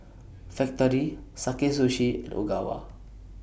Factorie Sakae Sushi and Ogawa